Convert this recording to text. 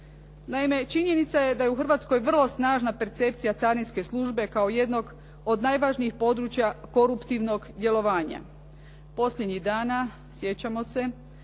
Naime, činjenica je da je u Hrvatskoj vrlo snažna percepcija carinske službe kao jednog od najvažnijih područja koruptivnog djelovanja. Posljednjih dana, sjećamo se,